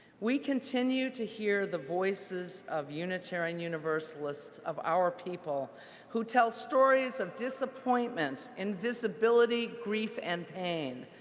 we continue to hear the voices of unitarian universalists of our people who tell stories of disappointment, invisibility, grief, and pain.